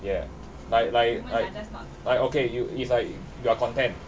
yeah like like like like okay you it's like you are content